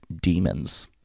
demons